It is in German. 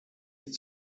ist